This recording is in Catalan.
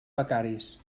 becaris